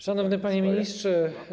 Szanowny Panie Ministrze!